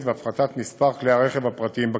והפחתת מספר כלי הרכב הפרטיים בכבישים.